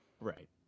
Right